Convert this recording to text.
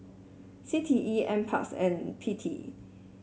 C T E NParks and P T